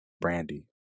Brandy